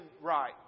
right